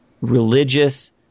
religious